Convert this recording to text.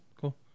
Cool